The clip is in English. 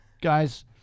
guys